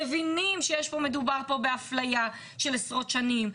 מבינים שמדובר פה באפליה של עשרות שנים,